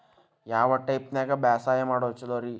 ಯಾವ ಟೈಪ್ ನ್ಯಾಗ ಬ್ಯಾಸಾಯಾ ಮಾಡೊದ್ ಛಲೋರಿ?